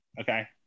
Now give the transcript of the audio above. Okay